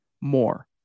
more